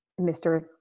Mr